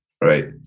right